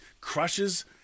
crushes